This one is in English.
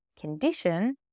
condition